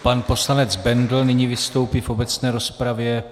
Pan poslanec Bendl nyní vystoupí v obecné rozpravě.